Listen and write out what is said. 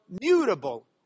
mutable